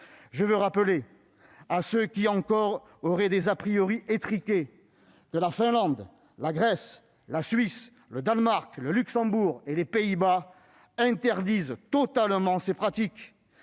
Je veux rappeler à ceux qui auraient encore des étriqués que la Finlande, la Grèce, la Suisse, le Danemark, le Luxembourg et les Pays-Bas interdisent totalement ces pratiques.